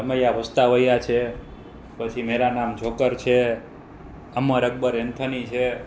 રામૈયા વસ્તાવૈયા છે પછી મેરા નામ જોકર છે અમર અકબર એન્થની છે